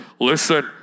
listen